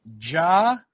Ja